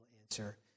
answer